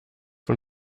von